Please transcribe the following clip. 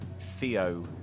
Theo